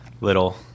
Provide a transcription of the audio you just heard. little